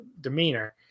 demeanor